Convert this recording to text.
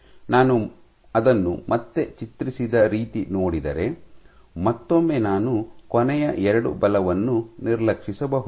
ನಾನು ಅದನ್ನು ಮತ್ತೆ ಚಿತ್ರಿಸಿದ ರೀತಿ ನೋಡಿದರೆ ಮತ್ತೊಮ್ಮೆ ನಾನು ಕೊನೆಯ ಎರಡು ಬಲವನ್ನು ನಿರ್ಲಕ್ಷಿಸಬಹುದು